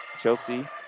Chelsea